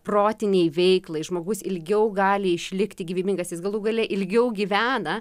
protinei veiklai žmogus ilgiau gali išlikti gyvybingas jis galų gale ilgiau gyvena